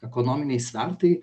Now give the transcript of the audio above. ekonominiai svertai